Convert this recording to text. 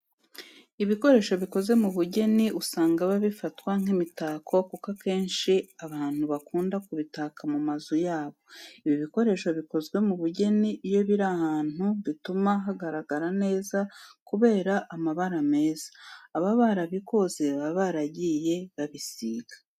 Ibikoresho bikoze mu bigeni usanga biba bifatwa nk'imitako kuko akenshi abantu bakunda kubitaka mu mazu yabo. Ibi bikoresho bikozwe mu bugeni iyo biri ahantu bituma hagaragara neza kubera amabara meza, ababa barabikoze baba baragiye babisiga.